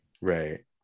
right